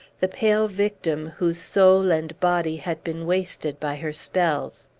the pale victim, whose soul and body had been wasted by her spells.